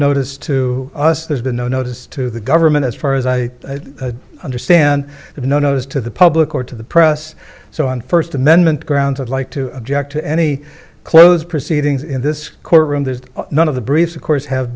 notice to us there's been no notice to the government as far as i understand of no notice to the public or to the press so on first amendment grounds i'd like to object to any close proceedings in this courtroom that none of the briefs of course have